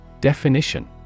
Definition